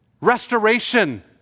Restoration